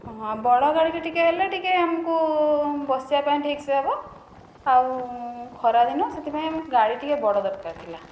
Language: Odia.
ହଁ ବଡ଼ ଗାଡ଼ିଟିଏ ଟିକିଏ ହେଲେ ଟିକିଏ ଆମକୁ ବସିବା ପାଇଁ ଠିକ୍ସେ ହେବ ଆଉ ଖରାଦିନ ସେଥିପାଇଁ ଗାଡ଼ି ଟିକିଏ ବଡ଼ ଦରକାର ଥିଲା